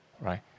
right